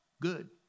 Good